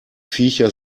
viecher